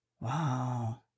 Wow